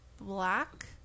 black